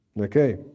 Okay